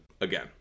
again